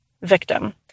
victim